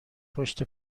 پشت